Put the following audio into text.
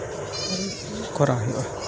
ᱠᱚᱨᱟᱣ ᱦᱩᱭᱩᱜᱼᱟ